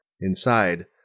Inside